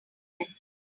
left